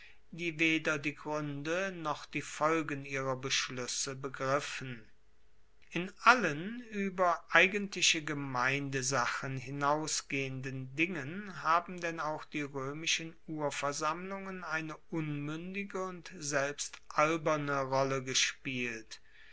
die weder die gruende noch die folgen ihrer beschluesse begriffen in allen ueber eigentliche gemeindesachen hinausgehenden dingen haben denn auch die roemischen urversammlungen eine unmuendige und selbst alberne rolle gespielt